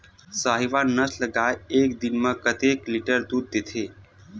साहीवल नस्ल गाय एक दिन म कतेक लीटर दूध देथे?